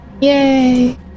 Yay